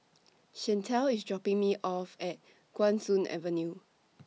Shantell IS dropping Me off At Guan Soon Avenue